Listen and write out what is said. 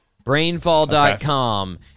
Brainfall.com